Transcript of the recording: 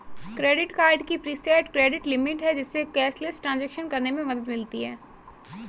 credit card की preset credit limit है, जिससे कैशलेस ट्रांज़ैक्शन करने में मदद मिलती है